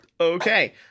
Okay